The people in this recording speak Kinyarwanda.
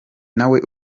nawe